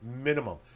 minimum